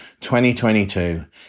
2022